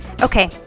Okay